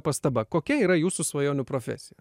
pastaba kokia yra jūsų svajonių profesija